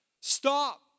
Stop